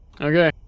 Okay